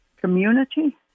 community